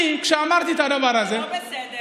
אני, כשאמרתי את הדבר הזה, אתה לא בסדר.